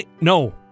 No